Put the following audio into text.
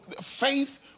Faith